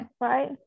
Right